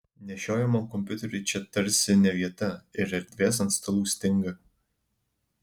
nešiojamajam kompiuteriui čia tarsi ne vieta ir erdvės ant stalų stinga